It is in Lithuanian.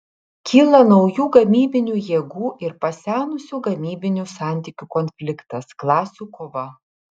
kyla naujų gamybinių jėgų ir pasenusių gamybinių santykių konfliktas klasių kova